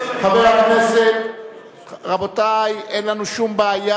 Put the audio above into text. חבר הכנסת, רבותי, אין לנו שום בעיה.